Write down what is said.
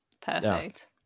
Perfect